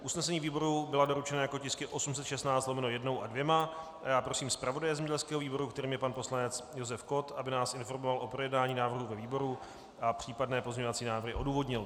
Usnesení výboru byla doručena jako tisky 816/1 a 816/2 a já prosím zpravodaje zemědělského výboru, kterým je pan poslanec Josef Kott, aby nás informoval o projednání návrhu ve výboru a případné pozměňovací návrhy odůvodnil.